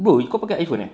bro kau pakai iPhone eh